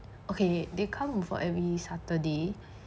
okay they come for every saturday